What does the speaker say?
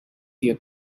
their